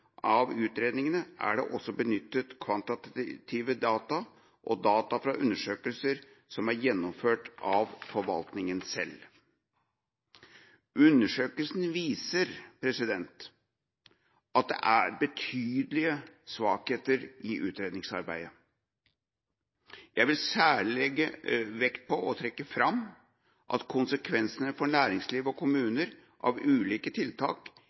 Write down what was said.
av utredningene er det også benyttet kvantitative data og data fra undersøkelser som er gjennomført av forvaltningen selv. Undersøkelsen viser at det er betydelige svakheter i utredningsarbeidet. Jeg vil særlig legge vekt på og trekke fram at konsekvenser for næringsliv og kommuner av ulike tiltak